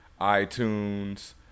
iTunes